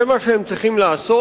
זה מה שהם צריכים לעשות.